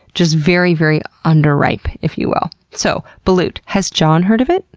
just very, very under-ripe, if you will. so, balut. has john heard of it?